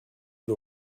que